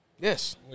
Yes